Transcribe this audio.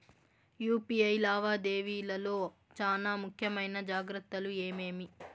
UPI లావాదేవీల లో చానా ముఖ్యమైన జాగ్రత్తలు ఏమేమి?